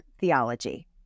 theology